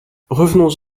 revenons